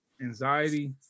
anxiety